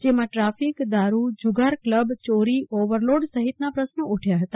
જેમાં ટ્રાફીક દારૂ જુગાર ક્લબ ચોરી ઓવરલોડ સહિતના પ્રશ્નો ઉઠ્યા હતા